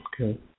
Okay